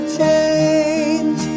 change